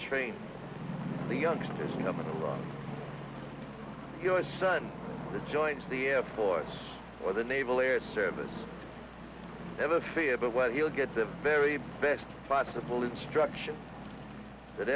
train the youngsters coming your son joins the air force or the naval air service never fear but what he'll get the very best possible instruction that